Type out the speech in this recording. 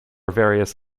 various